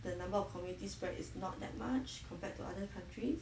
the number of community spread is not that much compared to other countries